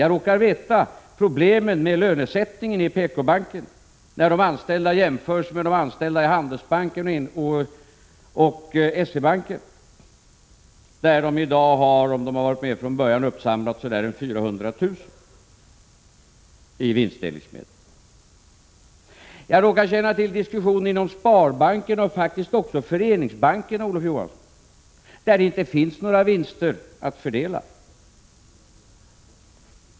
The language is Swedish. Jag råkar veta om problemen med lönesättningen i PKbanken när de anställda jämförs med anställda i Handelsbanken och S-E-Banken, där de anställda i dag, om de har varit med från början, har uppsamlat så där en 35 Jag råkar känna till diskussionen inom sparbankerna och faktiskt också föreningsbankerna, Olof Johansson, där det inte finns några vinster att fördela.